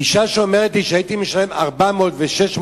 ואשה שאומרת לי שהיתה משלמת 400 ו-600